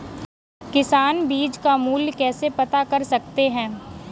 किसान बीज का मूल्य कैसे पता कर सकते हैं?